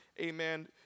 amen